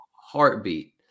heartbeat